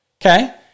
Okay